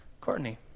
Courtney